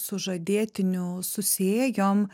sužadėtiniu susiėjom